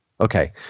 okay